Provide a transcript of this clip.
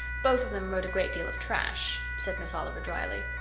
both of them wrote a great deal of trash, said miss oliver dryly.